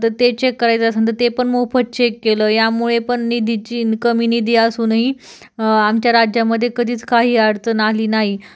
तर ते चेक करायचं असंन तर ते पण मोफत चेक केलं यामुळे पण निधीची कमी निधी असूनही आमच्या राज्यामध्ये कधीच काही अडचण आली नाही